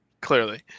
Clearly